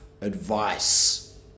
advice